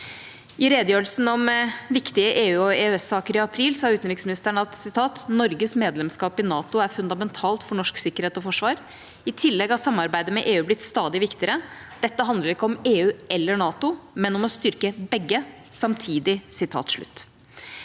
I redegjørelsen om viktige EU- og EØS-saker i april sa utenriksministeren: «Norges medlemskap i NATO er fundamentet for norsk sikkerhet og forsvar. I tillegg har samarbeidet med EU blitt stadig viktigere. Dette handler ikke om EU eller NATO, men om å styrke begge samtidig.»